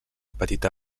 petita